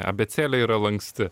abėcėlė yra lanksti